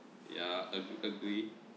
yeah ag~ agree